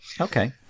Okay